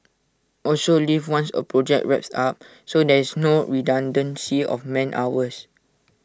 also leave once A project wraps up so there is no redundancy of man hours